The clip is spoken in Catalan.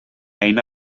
eina